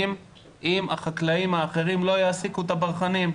אם החקלאים האחרים לא יעסיקו את הברחנים,